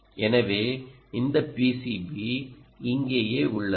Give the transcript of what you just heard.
எனவே இந்த பிசிபி இங்கேயே உள்ளது